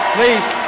Please